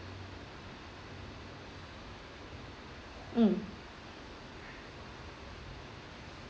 mm